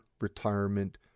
retirement